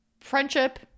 friendship